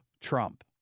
Trump